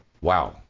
Wow